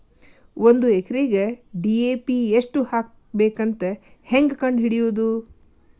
ಒಂದು ಎಕರೆಗೆ ಡಿ.ಎ.ಪಿ ಎಷ್ಟು ಹಾಕಬೇಕಂತ ಹೆಂಗೆ ಕಂಡು ಹಿಡಿಯುವುದು?